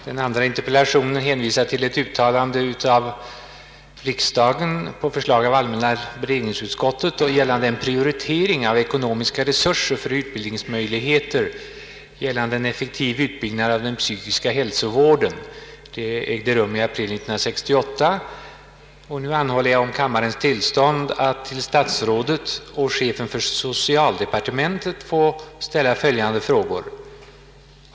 Herr talman! I april 1968 uttalade riksdagen på förslag av allmänna beredningsutskottet att ”en prioritering av ekonomiska resurser och utbildningsmöjligheter” gällande en effektiv utbyggnad av den psykiska hälsovården bör komma till stånd . Riksdagen beslöt att giva Kungl. Maj:t denna mening till känna. Nästan två år har gått, sedan riks dagen gjorde detta uttalande. Vi har trätt in i sjuttiotalet. Frågan om den psykiska hälsovården tycks inte minska men öka i betydelse. Det finns grund för påståendet att frågan om vårt folks psykiska hälsa kommer att bli en av detta årtiondes politiska huvudfrågor. Riksdagen har givit uttryck åt den tanken, att såväl utbildningsmässigt som ekonomiskt bör här en prioritering till förmån för den psykiska folkhälsan komma till stånd.